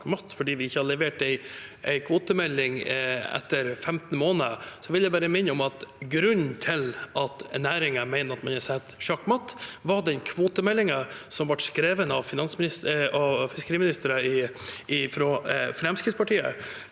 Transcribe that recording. fordi vi ikke har levert en kvotemelding etter 15 måneder, vil jeg bare minne om at grunnen til at næringen mener at man er satt sjakkmatt, var den kvotemeldingen som ble skrevet av fiskeriministre fra Fremskrittspartiet.